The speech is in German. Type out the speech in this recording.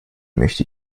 möchte